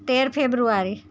તેર ફેબ્રુઆરી